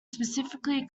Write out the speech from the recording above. specifically